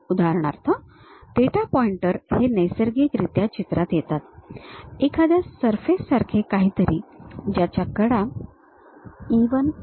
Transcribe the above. उदाहरणार्थ data pointer हे नैसर्गिकरित्या चित्रात येतात एखाद्या सरफेस सारखे काहीतरी ज्याच्या कडा E 1 E 4 E 6 आहेत